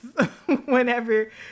whenever